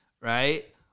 right